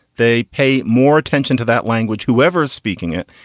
they pay more attention to that language. whoever is speaking it,